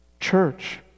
Church